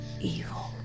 evil